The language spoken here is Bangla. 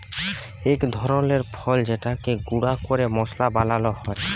ইক ধরলের ফল যেটকে গুঁড়া ক্যরে মশলা বালাল হ্যয়